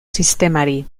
sistemari